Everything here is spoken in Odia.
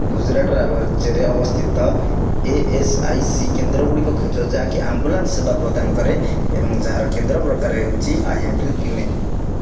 ଗୁଜୁରାଟ ରାଜ୍ୟରେ ଅବସ୍ଥିତ ଇ ଏସ୍ ଆଇ ସି କେନ୍ଦ୍ରଗୁଡ଼ିକ ଖୋଜ ଯାହାକି ଆମ୍ବୁଲାନ୍ସ ସେବା ପ୍ରଦାନ କରେ ଏବଂ ଯାହାର କେନ୍ଦ୍ର ପ୍ରକାର ହେଉଛି ଆଇ ଏମ୍ ପି କ୍ଲିନିକ୍